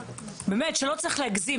באמת, שלא צריך להגזים.